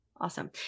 Awesome